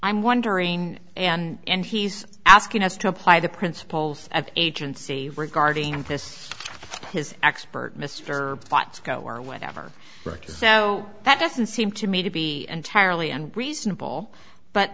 i'm wondering and he's asking us to apply the principles of agency regarding this his expert mr potts go or whatever record so that doesn't seem to me to be entirely unreasonable but